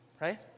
right